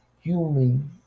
human